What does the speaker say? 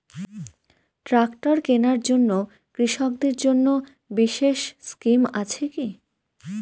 Tractor কেনার জন্য কৃষকদের জন্য বিশেষ স্কিম আছে কি?